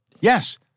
Yes